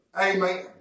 Amen